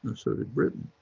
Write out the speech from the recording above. so did britain.